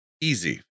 easy